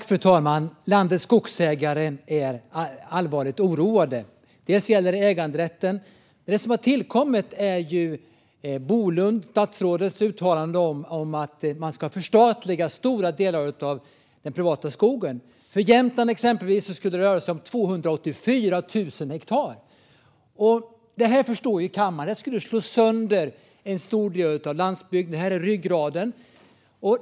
Fru talman! Landets skogsägare är allvarligt oroade. Det gäller äganderätten, och något som har tillkommit är statsrådet Bolunds uttalande att man ska förstatliga stora delar av den privatägda skogen. För exempelvis Jämtland skulle det röra sig om 284 000 hektar. Kammaren förstår ju att detta skulle slå sönder en stor del av landsbygden. Detta är ryggraden.